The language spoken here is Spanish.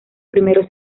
primeros